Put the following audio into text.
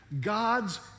God's